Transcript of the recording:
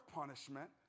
punishment